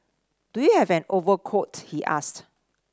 do you have an overcoat he asked